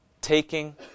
taking